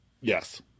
Yes